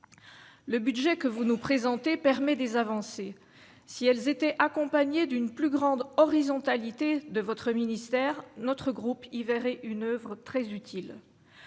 Le budget que vous nous présentez permet des avancées, si elles étaient accompagnées d'une plus grande horizontalité de votre ministère, notre groupe y verrait une oeuvre très utile